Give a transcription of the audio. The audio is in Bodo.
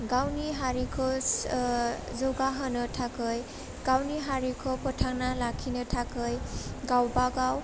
गावनि हारिखो सो ओह जौगा होनो थाखै गावनि हारिखौ फोथांना लाखिनो थाखै गावबा गाव